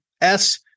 S-